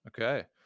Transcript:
Okay